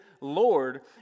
Lord